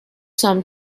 some